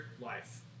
life